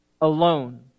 alone